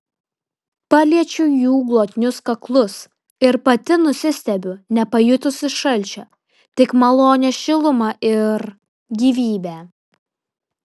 paliečiu jų glotnius kaklus ir pati nusistebiu nepajutusi šalčio tik malonią šilumą ir gyvybę